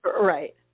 Right